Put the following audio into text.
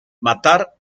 matar